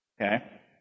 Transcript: Okay